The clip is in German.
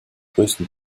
größten